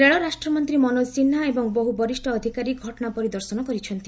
ରେଳ ରାଷ୍ଟ୍ରମନ୍ତ୍ରୀ ମନୋଜ ସିହ୍ନା ଏବଂ ବହୁ ବରିଷ୍ଠ ଅଧିକାରୀ ଘଟଣା ପରିଦର୍ଶନ କରିଛନ୍ତି